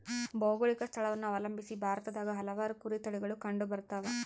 ಭೌಗೋಳಿಕ ಸ್ಥಳವನ್ನು ಅವಲಂಬಿಸಿ ಭಾರತದಾಗ ಹಲವಾರು ಕುರಿ ತಳಿಗಳು ಕಂಡುಬರ್ತವ